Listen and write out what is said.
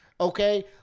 Okay